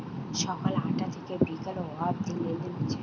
সকাল আটটা থিকে বিকাল অব্দি লেনদেন হচ্ছে